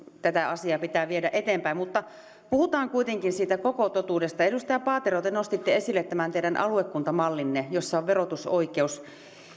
tätä asiaa pitää viedä eteenpäin mutta puhutaan kuitenkin siitä koko totuudesta edustaja paatero te nostitte esille tämän teidän aluekuntamallinne jossa on verotusoikeus